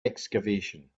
excavation